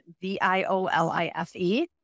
V-I-O-L-I-F-E